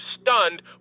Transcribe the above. stunned